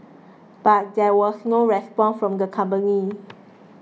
but there was no response from the company